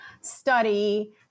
study